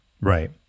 Right